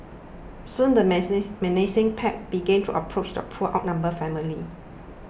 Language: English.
soon the menacing pack began to approach the poor outnumbered family